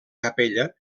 capella